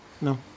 No